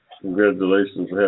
Congratulations